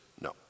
no